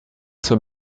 zur